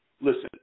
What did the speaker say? listen